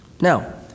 Now